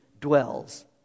dwells